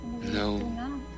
No